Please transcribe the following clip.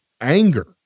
anger